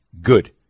good